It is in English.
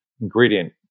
ingredient